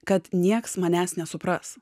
kad nieks manęs nesupras